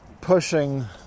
pushing